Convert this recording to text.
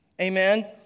Amen